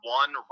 one